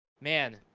man